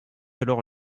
alors